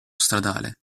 stradale